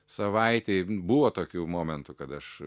savaitei buvo tokių momentų kad aš